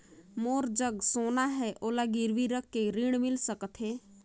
मोर जग सोना है ओला गिरवी रख के ऋण मिल सकथे?